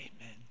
amen